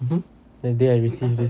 mmhmm that day I received this